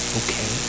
okay